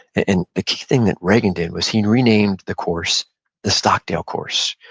and the key thing that regan did was he renamed the course the stockdale course.